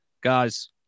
guys